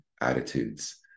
attitudes